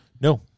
No